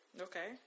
Okay